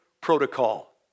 protocol